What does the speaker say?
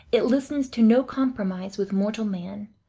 it listens to no compromise with mortal man,